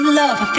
love